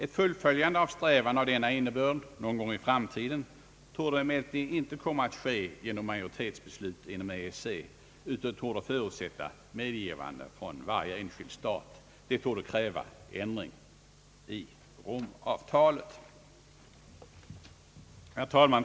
Ett fullföljande av strävandena av denna innebörd någon gång i framtiden torde emellertid inte komma att ske genom majoritetsbeslut inom EEC, utan torde förutsätta medgivande från varje enskild medlemsstat. Det torde kräva ändring i Rom-avtalet.